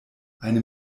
eine